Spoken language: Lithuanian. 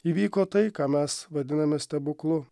įvyko tai ką mes vadiname stebuklu